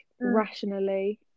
rationally